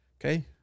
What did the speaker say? Okay